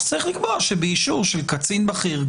אז אולי צריך לקבוע שבאישור של קצין בכיר או